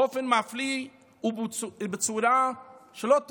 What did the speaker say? באופן מפליא ובצורה שלא תיאמן.